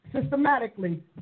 systematically